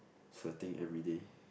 sweating everyday